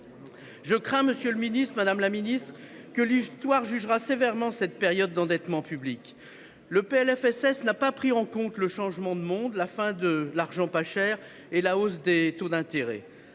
! Madame, monsieur les ministres, je crains que l’histoire ne juge sévèrement cette période d’endettement public. Ce PLFSS ne prend pas en compte le changement de monde, la fin de l’argent pas cher et la hausse des taux d’intérêt.